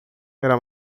era